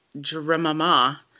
drama